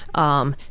um,